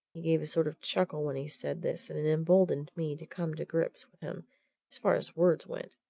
gave a sort of chuckle when he said this, and it emboldened me to come to grips with him as far as words went.